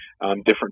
different